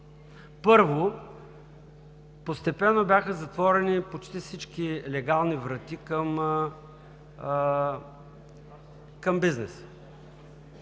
Първо, постепенно бяха затворени почти всички легални врати към бизнеса,